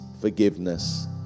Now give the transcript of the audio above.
forgiveness